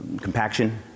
compaction